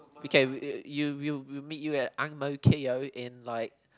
okay we you you you we meet you at Ang-Mo-Kio in like